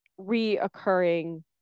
reoccurring